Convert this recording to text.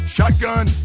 Shotgun